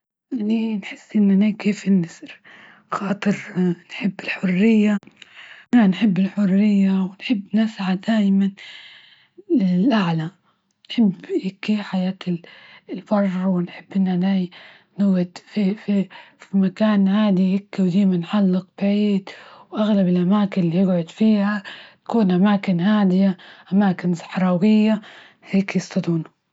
إني نحس إن أنا كيف النسر، خاطر نحب الحرية، نحب الحرية ونحب نسعد دايما لل-للأعلى، ونحب هكي حياة البر ،ونحب ونحب نجعد في مكان عالي هيك وديما نحلق بعيد وأغلب الأماكن اللي يقعد فيها تكون اماكن هادية اماكن صحراوية هيك يصطادونه.